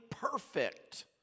perfect